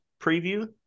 preview